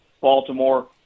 Baltimore